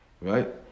Right